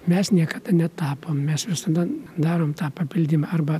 mes niekada netapom mes visada darom tą papildymą arba